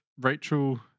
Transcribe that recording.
Rachel